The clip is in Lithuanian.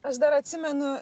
aš dar atsimenu